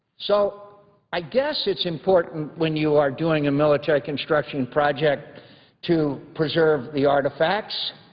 so i guess it's important when you are doing a military construction project to preserve the artifacts.